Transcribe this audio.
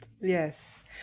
Yes